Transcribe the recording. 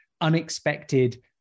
unexpected